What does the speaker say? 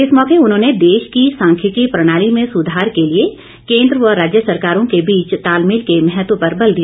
इस मौके उन्होंने देश की सांख्यिकी प्रणाली में सुधार के लिए केंद्र व राज्य सरकारों के बीच तालमेल के महत्व पर बल दिया